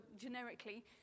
generically